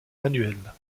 annuelle